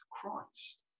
Christ